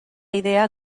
idea